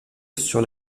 sur